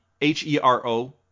H-E-R-O